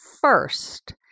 first